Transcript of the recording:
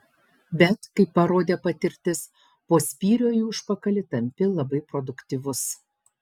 bet kaip parodė patirtis po spyrio į užpakalį tampi labai produktyvus